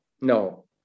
no